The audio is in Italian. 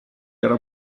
era